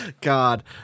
God